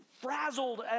frazzled